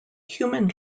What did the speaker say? human